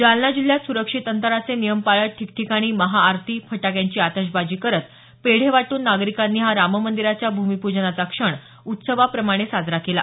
जालना जिल्ह्यात सुरक्षित अंतराचे नियम पाळत ठिकठिकाणी महाआरती फटाक्यांची आतषबाजी करत पेढे वाटून नागरिकांनी हा राममंदिराच्या भूमिपूजनाचा क्षण उत्सवाप्रमाणे साजरा केला